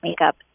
makeup